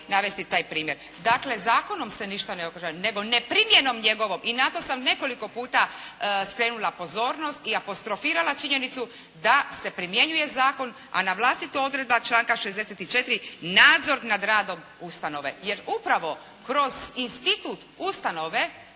navesti taj primjer. Dakle zakonom se ništa ne … nego ne primjenom njegovom i na to sam nekoliko puta skrenula pozornost i apostrofirala činjenicu da se primjenjuje zakon, a na vlastito odredba članka 64. nadzor nad radom ustanove. Jer upravo kroz institut ustanove